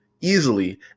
easily